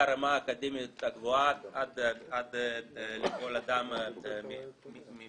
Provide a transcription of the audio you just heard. מהרמה האקדמית הגבוהה עד לכל אדם מהשורה.